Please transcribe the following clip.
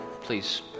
please